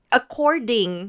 according